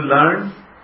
learn